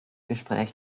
gespräch